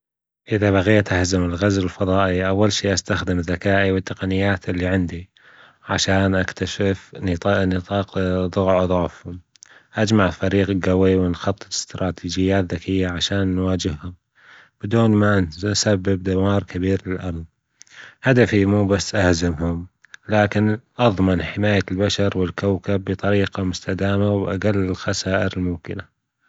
إذا بغيت أهزم الغزو الفضائي أول شي أستخدم ذكائي والتقنيات اللي عندي عشان أكتشف نقاط ضعفهم أجمع فريق جوي ونخطط استراتيجيات ذكية عشان نواجههم بدون ما نسبب دمار كبير للأرض هدفي مو بس أهزمهم لكن أضمن حماية البشر والكوكب بطريقة مستدامة وباجل الخسائر الممكنة